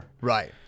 right